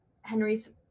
Henry's